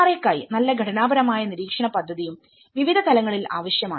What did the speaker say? NRA ക്കായി നല്ല ഘടനാപരമായ നിരീക്ഷണ പദ്ധതിയും വിവിധ തലങ്ങളിൽ ആവശ്യമാണ്